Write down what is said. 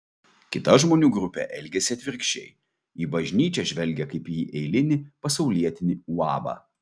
kita žmonių grupė elgiasi atvirkščiai į bažnyčią žvelgia kaip į eilinį pasaulietinį uabą